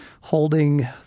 holding